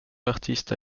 artistes